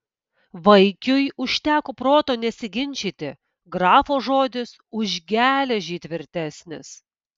vaikiui užteko proto nesiginčyti grafo žodis už geležį tvirtesnis